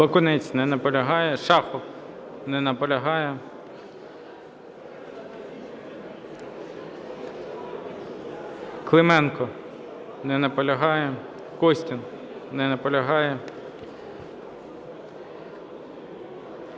Бакунець. Не наполягає. Шахов. Не наполягає. Клименко. Не наполягає. Костін. Не наполягає.